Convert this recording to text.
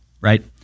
right